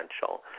potential